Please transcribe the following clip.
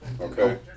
Okay